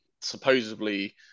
supposedly